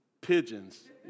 pigeons